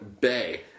Bay